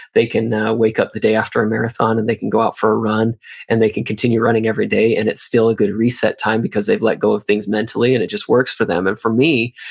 they can wake up the day after a marathon and they can go out for a run and they can continue running everyday and it's still a good reset time because they've let go of things mentally and it just works for them. and for me,